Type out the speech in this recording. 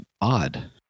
odd